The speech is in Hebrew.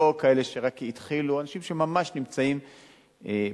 לא כאלה שרק התחילו, אלא אנשים שממש נמצאים בקצה,